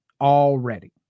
already